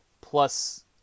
plus